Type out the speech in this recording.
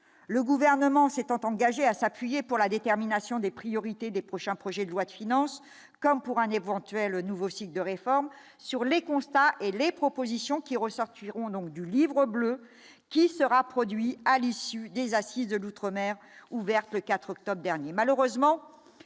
le gouvernement s'étant engagé à s'appuyer pour la détermination des priorités des prochains, projet de loi de finances comme pour un éventuel nouveau site de réformes sur les constats et les propositions qui ressortiront donc du Livre bleu qui sera produit à l'issue des assises de l'outre-mer ouverte le 4 octobre dernier,